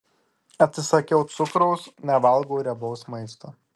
atsisakiau cukraus nevalgau riebaus maisto